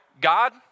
God